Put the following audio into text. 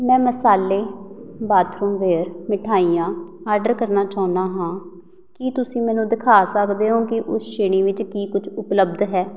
ਮੈਂ ਮਸਾਲੇ bathroom ware ਮਿਠਾਈਆਂ ਆਰਡਰ ਕਰਨਾ ਚਾਹੁੰਦਾ ਹਾਂ ਕੀ ਤੁਸੀਂ ਮੈਨੂੰ ਦਿਖਾ ਸਕਦੇ ਹੋ ਕਿ ਉਸ ਸ਼੍ਰੇਣੀ ਵਿੱਚ ਕੀ ਕੁਛ ਉਪਲਬਧ ਹੈ